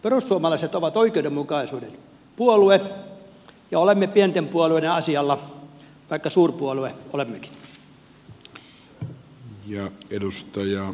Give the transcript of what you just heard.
perussuomalaiset ovat oikeudenmukaisuuden puolue ja olemme pienten puolueiden asialla vaikka suurpuolue olemmekin